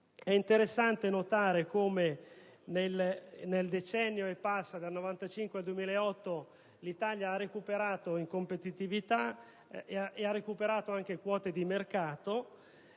È interessante notare come negli oltre dieci anni dal 1995 al 2008 l'Italia ha recuperato in competitività e ha recuperato anche quote di mercato,